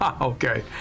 Okay